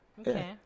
Okay